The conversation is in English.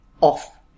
off